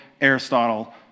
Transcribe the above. Aristotle